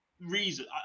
reason